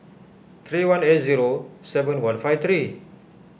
three one eight zero seven one five three